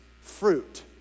fruit